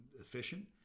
efficient